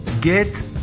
get